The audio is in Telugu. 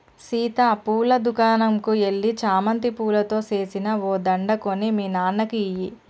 సీత పూల దుకనంకు ఎల్లి చామంతి పూలతో సేసిన ఓ దండ కొని మీ నాన్నకి ఇయ్యి